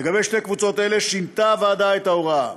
לגבי שתי קבוצות אלה שינתה הוועדה את ההוראה: